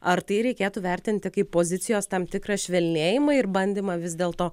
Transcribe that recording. ar tai reikėtų vertinti kaip pozicijos tam tikrą švelnėjimą ir bandymą vis dėl to